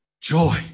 joy